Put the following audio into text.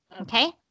Okay